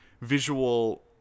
visual